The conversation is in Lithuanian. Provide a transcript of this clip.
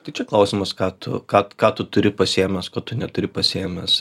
tai čia klausimas ką tu ką ką tu turi pasiėmęs ko tu neturi pasiėmęs